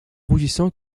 rougissant